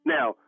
Now